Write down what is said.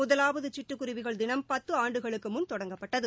முதலாவது சிட்டுக்குருவிகள் தினம் பத்து ஆண்டுகளுக்கு முன் தொடங்கப்பட்டது